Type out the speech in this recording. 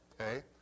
Okay